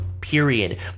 period